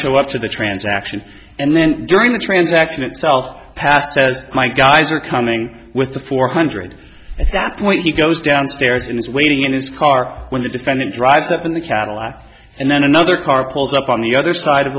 show up to the transaction and then during the transaction itself passed says my guys are coming with the four hundred at that point he goes downstairs and is waiting in his car when the defendant drives up in the cadillac and then another car pulls up on the other side of